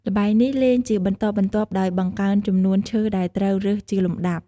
ល្បែងនេះលេងជាបន្តបន្ទាប់ដោយបង្កើនចំនួនឈើដែលត្រូវរើសជាលំដាប់។